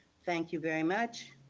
thank you very much.